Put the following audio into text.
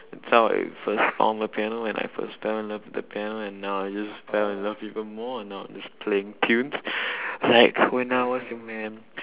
that's how I first found the piano when I first turned on the piano and now I just fell in love even more and now I'm just playing tunes like when I was your man